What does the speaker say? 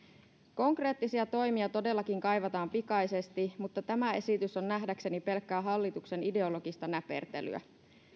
konkreettisia toimia todellakin kaivataan pikaisesti mutta tämä esitys on nähdäkseni pelkkää hallituksen ideologista näpertelyä